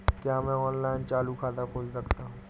क्या मैं ऑनलाइन चालू खाता खोल सकता हूँ?